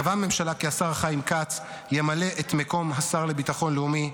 קבעה הממשלה כי השר חיים כץ ימלא את מקום השר לביטחון לאומי,